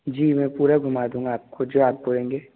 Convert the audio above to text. जी मैं पूरा घूमा दूंगा आपको जो आप बोलेंगे